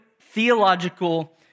theological